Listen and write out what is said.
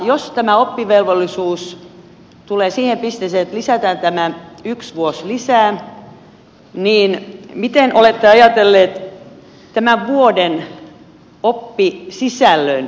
jos tämä oppivelvollisuus tulee siihen pisteeseen että lisätään tämä yksi vuosi lisää niin miten olette ajatelleet tämän vuoden oppisisällön